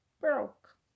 broke